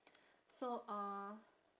so uh